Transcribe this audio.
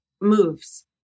moves